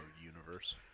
universe